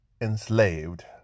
enslaved